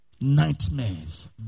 nightmares